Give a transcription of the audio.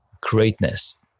greatness